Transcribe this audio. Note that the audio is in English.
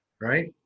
right